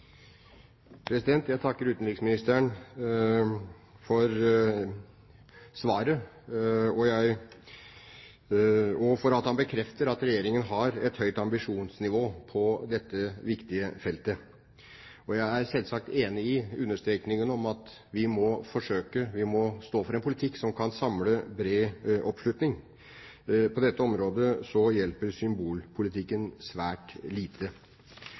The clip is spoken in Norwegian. Jeg takker utenriksministeren for svaret, og for at han bekrefter at Regjeringen har et høyt ambisjonsnivå på dette viktige feltet. Jeg er selvsagt enig i understrekingen av at vi må forsøke, vi må stå for en politikk som kan samle bred oppslutning. På dette området hjelper symbolpolitikken svært lite.